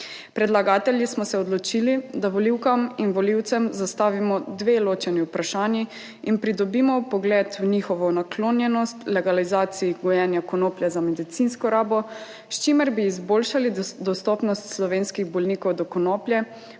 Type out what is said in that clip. Predlagatelji smo se odločili, da volivkam in volivcem zastavimo dve ločeni 90. TRAK (VI) 20.15 (nadaljevanje) vprašanji in pridobimo vpogled v njihovo naklonjenost legalizaciji gojenja konoplje za medicinsko rabo, s čimer bi izboljšali dostopnost slovenskih bolnikov do konoplje,